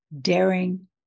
daring